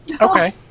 Okay